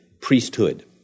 priesthood